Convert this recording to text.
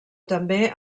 també